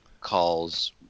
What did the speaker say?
calls